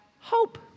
hope